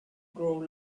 grow